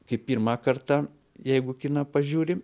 kaip pirmą kartą jeigu kiną pažiūri